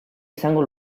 izango